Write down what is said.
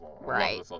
Right